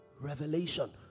revelation